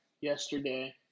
yesterday